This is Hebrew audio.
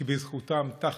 כי בזכותם, תכל'ס,